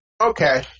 Okay